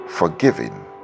Forgiving